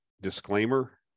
disclaimer